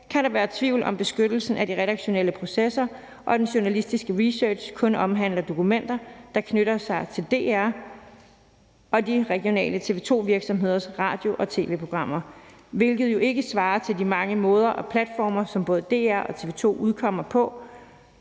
kan der være tvivl om beskyttelsen af de redaktionelle processer og om, om den journalistiske research kun omhandler dokumenter, der knytter sig til DR's og de regionale TV 2-virksomheders radio- og tv-programmer, hvilket jo ikke svarer til de mange måder og platforme, som både DR og TV 2 udkommer på